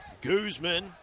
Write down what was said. Guzman